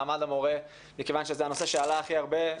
מעמד המורה מכיוון שזה הנושא שעלה הכי הרבה,